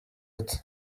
ati